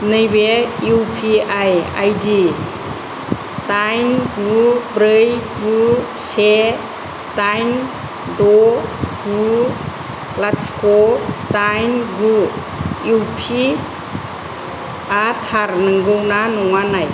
नैबे U P I आइदि दाइन गु ब्रै गु से दाइन द' गु लाथिख' दाइन गु इउ पि आ थार नंगौ ना नङा नाय